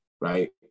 right